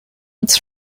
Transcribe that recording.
its